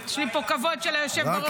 יש לי פה כבוד של היושב בראש.